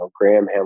Graham